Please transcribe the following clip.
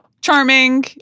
charming